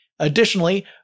Additionally